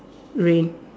rain